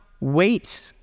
wait